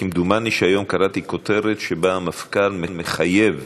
כמדומני שהיום קראתי כותרת שלפיה המפכ"ל מחייב